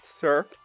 sir